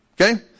Okay